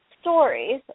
stories